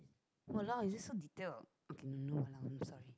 !walao! is it so detailed okay no !walao! I'm sorry